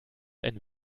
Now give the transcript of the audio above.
ein